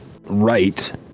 right